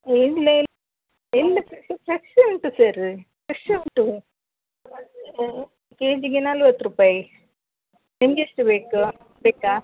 ಎಲ್ಲ ಫ್ರೆಶ್ ಉಂಟು sir fresh ಉಂಟು ಕೆ ಜಿಗೆ ನಲ್ವತ್ತು ರೂಪಾಯಿ ನಿಮ್ಗೆ ಎಷ್ಟು ಬೇಕು ಬೇಕಾ